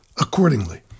accordingly